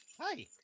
Hi